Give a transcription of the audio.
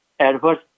adverse